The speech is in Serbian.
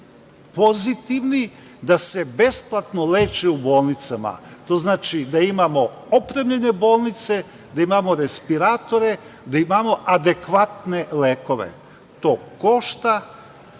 pozitivni da se besplatno leče u bolnicama. To znači da imamo opremljene bolnice, da imamo respiratore, da imamo adekvatne lekove. To košta.